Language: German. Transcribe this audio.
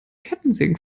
kettensägen